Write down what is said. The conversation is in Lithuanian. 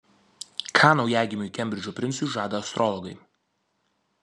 ką naujagimiui kembridžo princui žada astrologai